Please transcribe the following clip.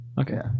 Okay